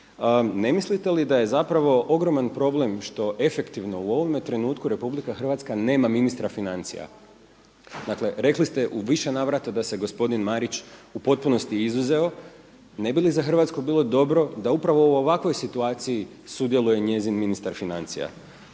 ne mislite li da je zapravo ogroman problem što efektivno u ovome trenutku Republika Hrvatska nema ministra financija? Dakle, rekli ste u više navrata da se gospodin Marić u potpunosti izuzeo. Ne bi li za Hrvatsku bilo dobro da upravo u ovakvoj situaciji sudjeluje njezin ministar financija?